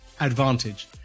Advantage